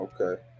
okay